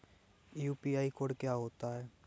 UPI code क्या होता है?